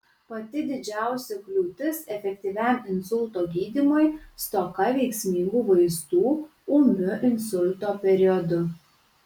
pati didžiausia kliūtis efektyviam insulto gydymui stoka veiksmingų vaistų ūmiu insulto periodu